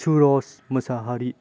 Suraj Mosahary